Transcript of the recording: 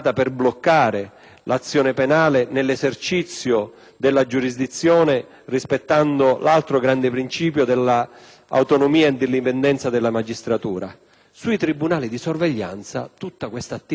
l'azione penale nell'esercizio della giurisdizione, nel rispetto dell'altro grande principio dell'autonomia e dell'indipendenza della magistratura. Sui tribunali di sorveglianza un'attività